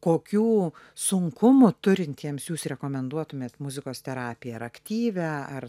kokių sunkumų turintiems jūs rekomenduotumėt muzikos terapiją ar aktyvią ar